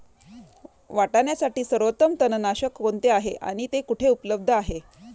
वाटाण्यासाठी सर्वोत्तम तणनाशक कोणते आहे आणि ते कुठे उपलब्ध आहे?